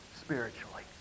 spiritually